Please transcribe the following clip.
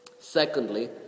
Secondly